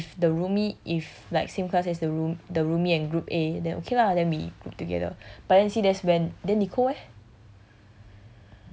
depends lah if the roomie if like same class as the room the roomie and group a then okay lah then we group together but then see that's when then nicole leh